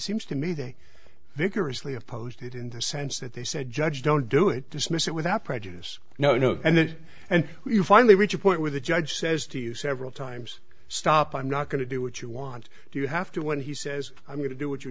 seems to me they vigorously opposed it in the sense that they said judge don't do it dismiss it without prejudice no no and then and you finally reach a point where the judge says to you several times stop i'm not going to do what you want do you have to when he says i'm going to do it you